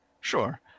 Sure